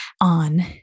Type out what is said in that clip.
on